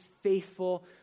faithful